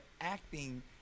acting